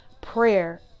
prayer